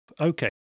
Okay